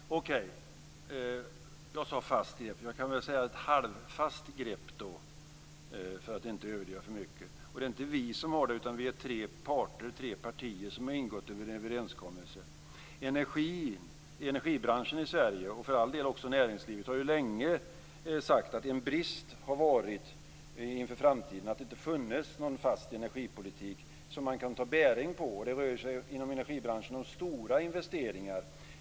Fru talman! Okej, jag sade att vi har ett fast grepp. Jag kan väl säga att vi har ett halvfast grepp då, för att inte överdriva för mycket. Och det är inte bara vi som har det. Vi är tre parter, tre partier, som har ingått en överenskommelse. Energibranschen i Sverige, och för all del också näringslivet, har länge sagt att det har varit en brist inför framtiden att det inte har funnits någon fast energipolitik som man kan ta bäring på. Det rör sig ju inom energibranschen om stora investeringar.